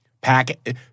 Pack